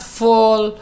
fall